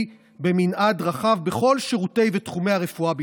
במנעד רחב בכל שירותי ותחומי הרפואה בישראל.